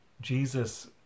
Jesus